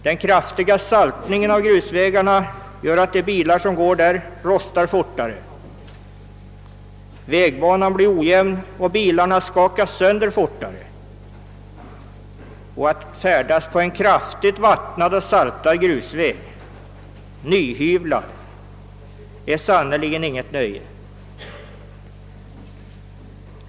Den kraftiga saltningen av grusvägarna gör att de bilar som går på grusvägar rostar fortare. Vägbanan blir ojämn och bilarna skakar sönder fortare. Att färdas på en kraftigt vattnad, saltad och nyhyvlad grusväg är sannerligen inget nöje.